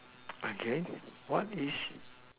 again what is